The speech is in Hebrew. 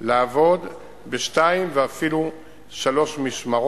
לעבוד בשתיים ואפילו בשלוש משמרות.